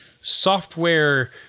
software